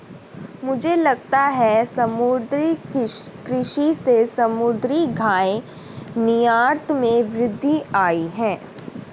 मुझे लगता है समुद्री कृषि से समुद्री खाद्य निर्यात में वृद्धि आयी है